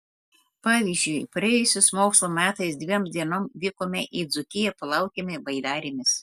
pavyzdžiui praėjusiais mokslo metais dviem dienom vykome į dzūkiją plaukėme baidarėmis